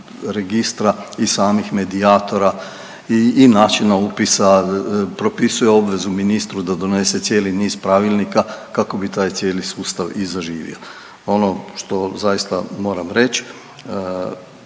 registra i samih medijatora i načina upisa, propisuje obvezu ministru da donese cijeli niz pravilnika kako bi taj cijeli sustav i zaživio. Ono što zaista moram reć,